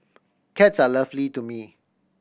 cats are lovely to me